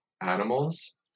Animals